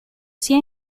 sia